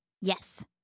Yes